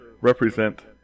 represent